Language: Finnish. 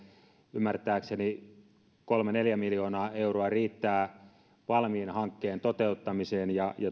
ymmärtääkseni kolme viiva neljä miljoonaa euroa riittää valmiin hankkeen toteuttamiseen ja